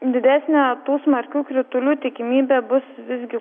didesnė tų smarkių kritulių tikimybė bus visgi